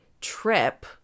trip